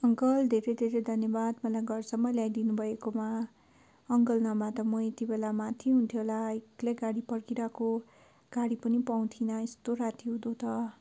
uncle धेरै धेरै धन्यवाद मलाई घरसम्म ल्याइदिनु भएकोमा अङ्कल नभए त म यति बेला माथि हुन्थेँ होला एक्लै गाडी पर्खिरहेको गाडी पनि पाउँथिन यस्तो रातिउँधो त